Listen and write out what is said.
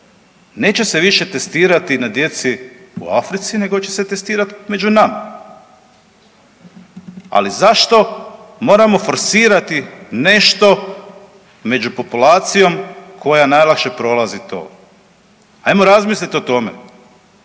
Neće se više testirati na djeci u Africi nego će se testirati među nama. Ali, zašto moramo forsirati nešto među populacijom koja najlakše prolazi to? Ajmo razmisliti o tome.